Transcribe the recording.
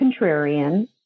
contrarian